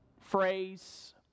phrase